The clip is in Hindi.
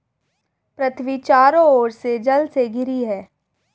पृथ्वी चारों ओर से जल से घिरी है